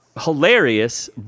hilarious